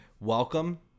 welcome